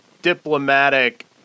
Diplomatic